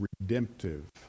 redemptive